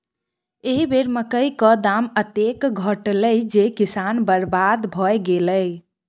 एहि बेर मकई क दाम एतेक घटलै जे किसान बरबाद भए गेलै